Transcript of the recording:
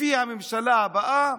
לפי הממשלה הבאה,